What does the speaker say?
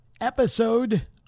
episode